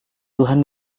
tuhan